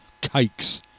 cakes